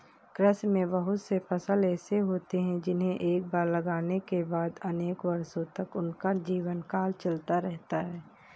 कृषि में बहुत से फसल ऐसे होते हैं जिन्हें एक बार लगाने के बाद अनेक वर्षों तक उनका जीवनकाल चलता रहता है